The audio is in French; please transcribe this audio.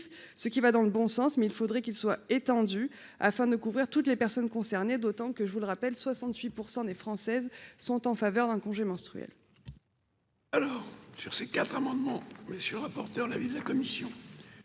ce qui va dans le bon sens mais il faudrait qu'ils soient étendues afin de couvrir toutes les personnes concernées, d'autant que je vous le rappelle 68 % des Françaises sont en faveur un congé menstruel. Alors, sur ces quatre amendements messieurs rapporteur l'avis de la commission.